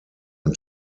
und